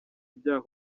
ibyaha